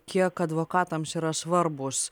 kiek advokatams yra svarbus